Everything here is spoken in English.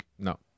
No